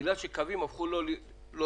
בגלל שקווים הפכו ללא רווחיים.